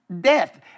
death